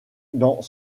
dans